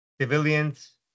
civilians